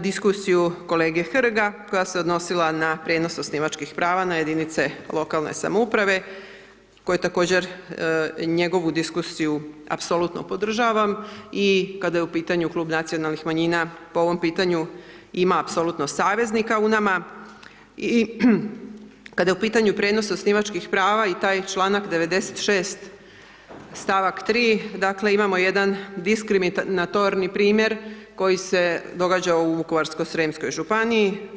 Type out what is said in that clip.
diskusiju kolege Hrga, koja se odnosila na prijenos osnivačkih prava na jedinice lokalne samouprave, koje također, njegovu diskusiju apsolutno podržavam i kada je u pitanju Klub nacionalnih manjina, po ovom pitanju ima apsolutno saveznika u nama, i kada je u pitanju prijenos osnivačkih prava i taj članak 96., stavak 3., dakle, imamo jedan diskriminatorni primjer koji se događa u Vukovarsko-srijemskoj županiji.